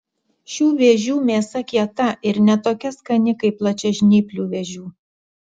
šių vėžių mėsa kieta ir ne tokia skani kaip plačiažnyplių vėžių